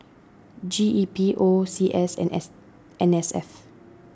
G E P O C S and S N S F